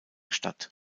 stadt